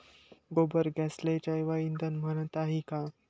गोबर गॅसले जैवईंधन म्हनता ई का?